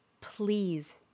please